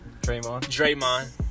Draymond